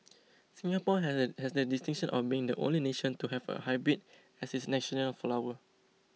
Singapore has had has the distinction of being the only nation to have a hybrid as its national flower